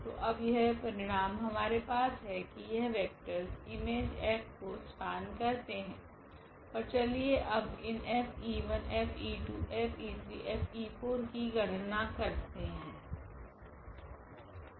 तो अब यह परिणाम हमारे पास है कि यह वेक्टरस इमेज F को स्पेन करते है ओर चलिए अब इन F𝑒1 F𝑒2 𝐹𝑒3 𝐹𝑒4 कि गणना करते है